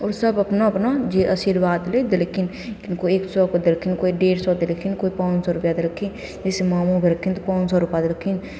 आओर सभ अपना अपना जे आशीर्वाद भी देलखिन कोइ एक सओके देलखिन कोइ डेढ़ सओके देलखिन कोइ पाँच सओ रुपैआ देलखिन जइसे मामू भेलखिन तऽ पाँच सओ रुपैआ देलखिन